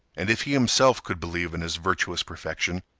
and if he himself could believe in his virtuous perfection,